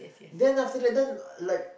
then after that then like